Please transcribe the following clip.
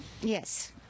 Yes